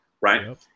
Right